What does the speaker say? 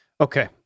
Okay